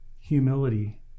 humility